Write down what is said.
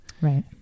Right